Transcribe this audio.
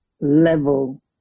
level